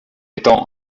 étant